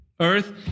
earth